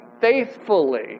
faithfully